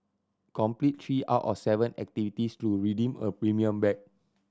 complete three out of seven activities to redeem a premium bag